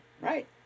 right